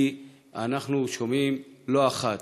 כי אנחנו שומעים לא אחת,